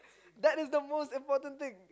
that is the most important thing